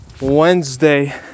Wednesday